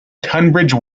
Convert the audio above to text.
tunbridge